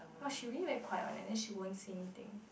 !wah! she really very quiet one leh then she won't say anything